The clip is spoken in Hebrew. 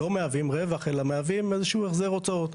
לא מהווים רווח אלא מהווים איזשהו החזר הוצאות.